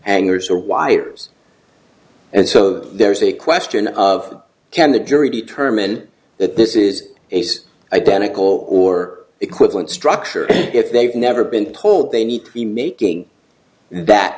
it angers or wires and so there is a question of can the jury determine that this is based identical or equivalent structure if they've never been told they need to be making that